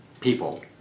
People